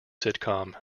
sitcom